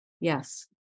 Yes